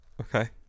Okay